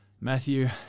Matthew